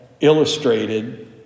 illustrated